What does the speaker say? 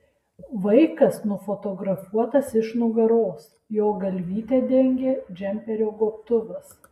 vaikas nufotografuotas iš nugaros jo galvytę dengia džemperio gobtuvas